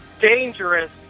dangerous